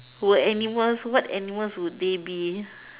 were animals what animals would they be